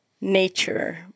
nature